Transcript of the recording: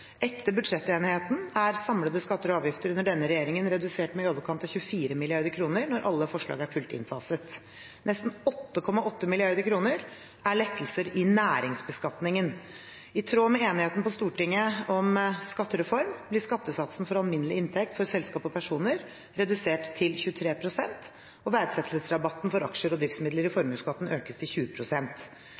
Etter budsjettenigheten er samlede skatter og avgifter under denne regjeringen redusert med i overkant av 24 mrd. kr når alle forslag er fullt innfaset. Nesten 8,8 mrd. kr er lettelser i næringsbeskatningen. I tråd med enigheten på Stortinget om skattereformen blir skattesatsen for alminnelig inntekt for selskap og personer redusert til 23 pst., og verdsettelsesrabatten for aksjer og driftsmidler i formuesskatten økes til